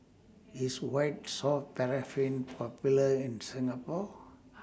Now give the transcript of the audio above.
IS White Soft Paraffin Popular in Singapore